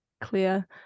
clear